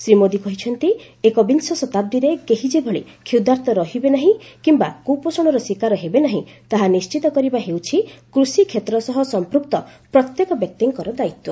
ଶ୍ରୀ ମୋଦି କହିଛନ୍ତି ଏକବିଂଶ ଶତାବ୍ଦୀରେ କେହି ଯେଭଳି କ୍ଷୁଦ୍ଧାର୍ତ୍ତ ରହିବେ ନାହି କିମ୍ବା କୁପୋଷଣର ଶିକାର ହେବେ ନାହିଁ ତାହା ନିଶ୍ଚିତ କରିବା ହେଉଛି କୃଷି କ୍ଷେତ୍ର ସହ ସମ୍ପୃକ୍ତ ପ୍ରତ୍ୟେକ ବ୍ୟକ୍ତିଙ୍କର ଦାୟିତ୍ୱ